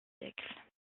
siècles